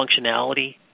functionality